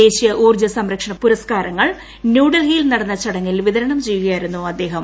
ദേശീയ ഊർജ്ജ സംരക്ഷണ പുരസ്ക്കാരങ്ങൾ ന്യൂഡൽഹിയിൽ നടന്ന ചടങ്ങിൽ വിതരണം ചെയ്യുകയായിരുന്നു അദ്ദേഹം